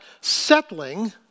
settling